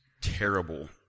terrible